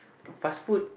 fast food